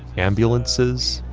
ambulances,